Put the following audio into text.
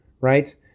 right